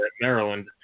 Maryland